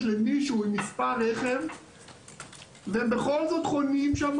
למישהו עם מס' רכב והם בכל זאת חונים שם